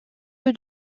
peu